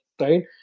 right